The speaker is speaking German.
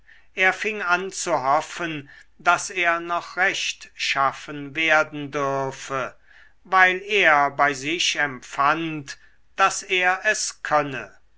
er fing an zu hoffen daß er noch rechtschaffen werden dürfe weil er bei sich empfand daß er es könne